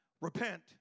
Repent